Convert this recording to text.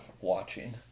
watching